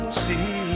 see